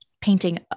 painting